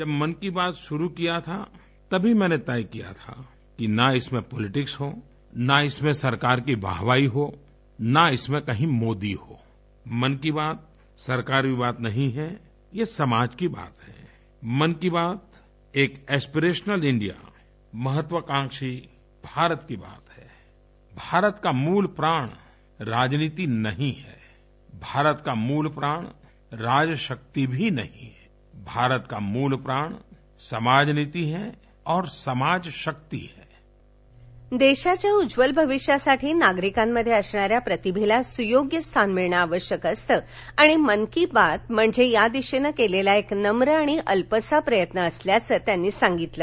जब मन की बात शूरु किया था तभी मैंने तय किया था ना इसमें क्रिटीक्स हो ना इसमें सरकार की वाहवा हो ना इसमें कही मोदी हो मन की बात सरकारी बात नहीं हैं ये समाज की बात हैं मन की बात एक ऍश्परेश्वल इंडिया महत्वकांक्षी भारत की बात हैं भारत का मूल प्रांत राजनिती नहीं हैं भारत कामूल प्रांत राजशक्ती भी नही हैं भारत का मूल प्रांतसमाजनिती हैं और समाजशक्ती हैं देशाच्या उज्ज्वल भविष्यासाठी नागरिकांमध्ये असणाऱ्या प्रतिभेला सुयोग्य स्थान मिळणं आवश्यक असत आणि मन की बात म्हणजे या दिशेनं केलेला एक नम्र आणि अल्पसा प्रयत्न असल्याचं ते म्हणाले